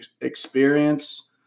experience